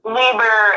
labor